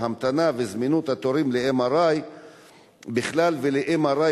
ההמתנה וזמינות התורים ל-MRI בכלל ול-MRI